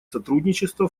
сотрудничество